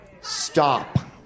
stop